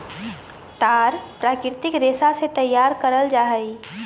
तार प्राकृतिक रेशा से तैयार करल जा हइ